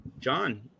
John